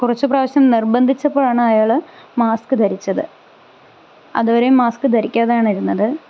കുറച്ച് പ്രാവശ്യം നിർബന്ധിച്ചപ്പോളാണ് അയാള് മാസ്ക് ധരിച്ചത് അതുവരെയും മാസ്ക് ധരിക്കാതെയാണ് ഇരുന്നത്